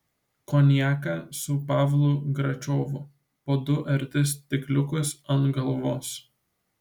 konjaką su pavlu gračiovu po du ar tris stikliukus ant galvos